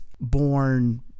born